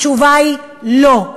התשובה היא לא.